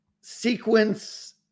sequence